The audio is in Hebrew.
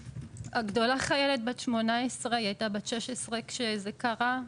הגדולה חיילת בת 18, היא הייתה ב-16 כשזה קרה.